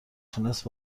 تونست